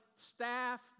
staff